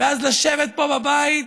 ואז לשבת פה בבית